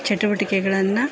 ಚಟುವಟಿಕೆಗಳನ್ನು